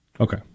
Okay